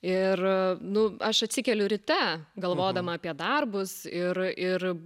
ir nu aš atsikeliu ryte galvodama apie darbus ir ir